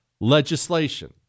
legislation